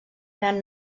gran